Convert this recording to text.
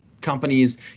companies